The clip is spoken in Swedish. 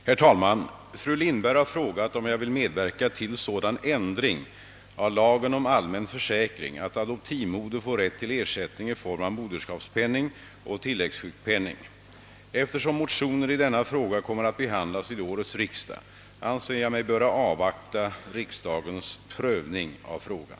Herr talman! Fru Lindberg har frågat om jag vill medverka till sådan ändring av lagen om allmän försäkring att adoptivmoder får rätt till ersättning i form av moderskapspenning och tillläggssjukpenning. Eftersom motioner i denna fråga kommer att behandlas vid årets riksdag, anser jag mig böra avvakta riksdagens prövning av frågan.